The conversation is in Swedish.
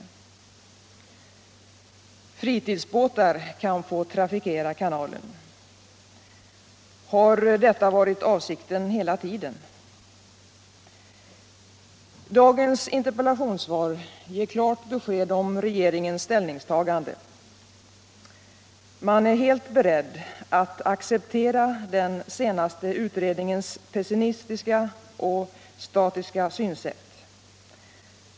Fritidsbåtar kan få trafikera kanalen. Har detta varit avsikten hela tiden? Dagens interpellationssvar ger klart besked om regeringens ställningstagande. Man är helt beredd att acceptera den senaste utredningens pessimistiska och statiska synsätt.